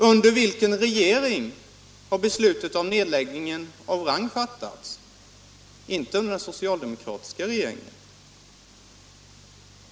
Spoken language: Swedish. Under vilken regering har beslutet om nedläggningen av Rang fattats? Inte heller det skedde under den socialdemokratiska regeringen.